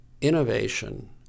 innovation